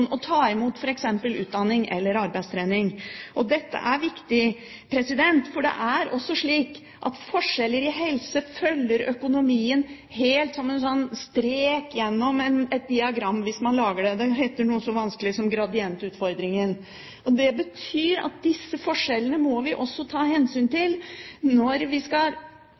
og ta imot f.eks. utdanning eller arbeidstrening. Dette er viktig, for det er også slik at forskjeller i helse følger økonomien som en strek gjennom et diagram, hvis man lager det. Det heter noe så vanskelig som gradientutfordringen. Det betyr at disse forskjellene må vi ta hensyn til på alle områder når vi skal